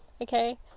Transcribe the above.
okay